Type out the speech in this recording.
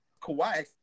Kawhi